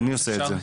מי עושה את זה?